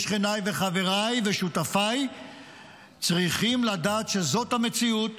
ושכניי וחבריי ושותפיי צריכים לדעת שזאת המציאות